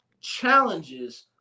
challenges